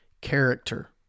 character